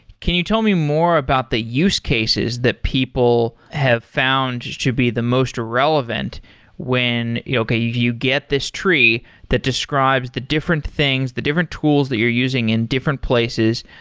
can you tell me more about the use cases that people have found to be the most relevant when, okay, you you get this tree that describes the different things, the different tools that you're using in different places,